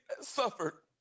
suffered